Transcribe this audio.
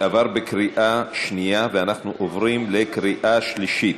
עבר בקריאה שנייה, ואנחנו עוברים לקריאה שלישית.